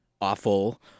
awful